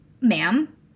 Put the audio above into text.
Ma'am